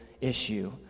issue